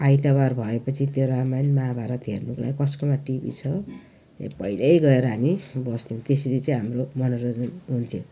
आइतबार भएपछि त्यो रामायण महाभारत हेर्नुको लागि कसकोमा टिभी छ त्यहीँ पहिल्यै गएर हामी बस्थ्यौँ त्यसरी चाहिँ हाम्रो मनोरञ्जन हुन्थ्यो